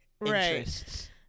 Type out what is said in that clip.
right